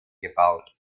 gebaut